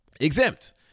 exempt